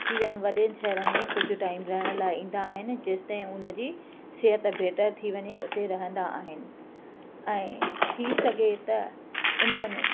अची वॾनि शहरनि में कुझु टाइम रहण लाइ ईंदा आहिनि जेसि ताईं उन जी सिहत बहितर थी वञे उते रहंदा आहिनि ऐं थी सघे त इन्हनि